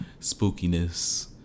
spookiness